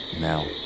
now